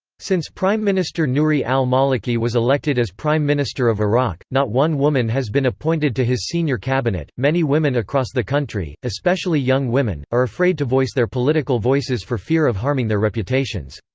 since prime minister nouri al-maliki was elected as prime minister of iraq, not one woman has been appointed to his senior cabinet many women across the country, especially young women, are afraid to voice their political voices for fear of harming their reputations.